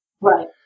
Right